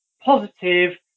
positive